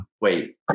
wait